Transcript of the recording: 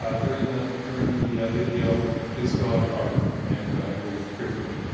um during the during the video, please fill out a card, and we'll hear from you.